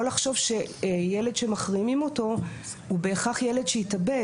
לחשוב שילד שמחרימים אותו הוא בהכרח ילד שיתאבד.